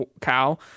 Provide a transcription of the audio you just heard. cow